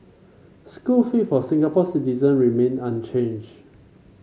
school fees for Singapore citizen remain unchanged